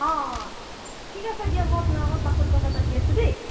অ ঠিক আছে দিয়ক মই আপোনাৰ লগত পাছত কথা পাতি আছোঁ দেই